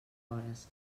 hores